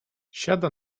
siada